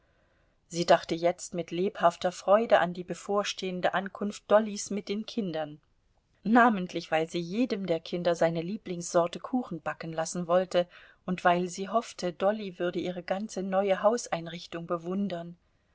sie dachte jetzt mit lebhafter freude an die bevor stehende ankunft dollys mit den kindern namentlich weil sie jedem der kinder seine lieblingssorte kuchen backen lassen wollte und weil sie hoffte dolly würde ihre ganze neue hauseinrichtung bewundern